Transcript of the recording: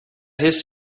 his